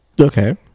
Okay